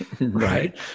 Right